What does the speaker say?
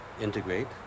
integrate